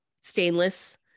stainless